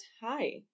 hi